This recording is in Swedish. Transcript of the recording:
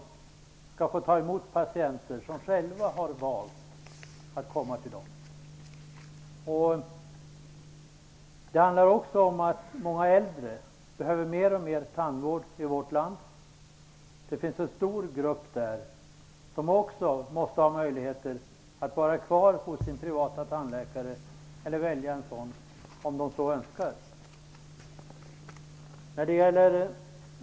De skall kunna ta emot patienter som själva har valt att komma till dem. Det handlar också om att många äldre i vårt land behöver mer och mer tandvård. Där finns det en stor grupp som också måste få möjligheter att gå kvar hos sin privata tandläkare eller välja en sådan om de så önskar. Herr talman!